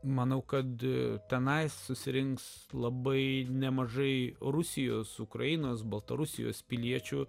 manau kad tenai susirinks labai nemažai rusijos ukrainos baltarusijos piliečių